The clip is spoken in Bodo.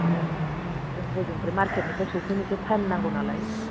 आरो जों हजोंनिफ्राय मार्केटनिफ्राय सफैनो एसे टाइम नांगौ नालाय